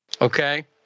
Okay